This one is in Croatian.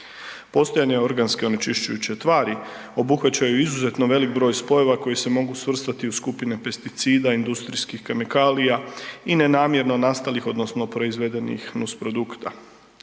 Postojanje organske onečišćujuće tvari obuhvaćaju izuzetno velik broj spojeva koji se mogu svrstati u skupine pesticida, industrijskih kemikalija i nenamjerno nastalih odnosno proizvedenih nusprodukta.